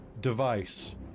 device